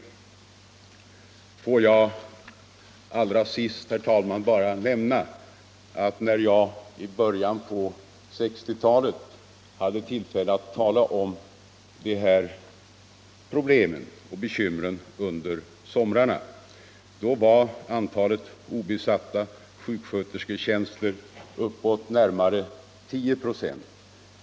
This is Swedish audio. Får jag allra sist, herr talman, bara nämna att andelen obesatta sjukskötersketjänster, när jag i början av 1960-talet hade tillfälle att tala om de här problemen och bekymren under somrarna, var uppe i närmare 10 246.